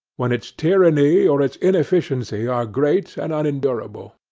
when its tyranny or its inefficiency are great and unendurable.